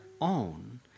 own